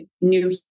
new